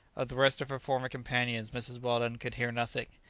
of the rest of her former companions mrs. weldon could hear nothing.